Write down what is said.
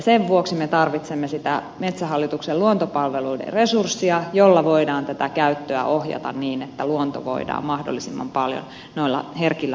sen vuoksi me tarvitsemme sitä metsähallituksen luontopalveluiden resurssia jolla voidaan tätä käyttöä ohjata niin että luonto voidaan mahdollisimman paljon noilla herkilläkin alueilla turvata